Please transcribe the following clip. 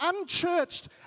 unchurched